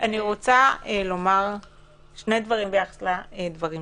אבל היא אמרה קודם לפרוטוקול שלא זו הבעיה